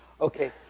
Okay